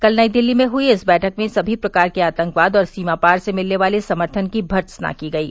कल नई दिल्ली में हुई इस बैठक में सभी प्रकार के आतंकवाद और सीमा पार से मिलने वाले समर्थन की भर्त्सना की गयी